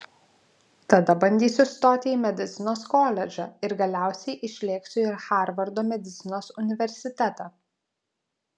tada bandysiu stoti į medicinos koledžą ir galiausiai išlėksiu į harvardo medicinos universitetą